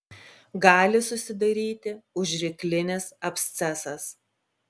gali susidaryti užryklinis abscesas